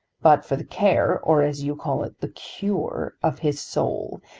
but for the care or, as you call it, the cure of his soul,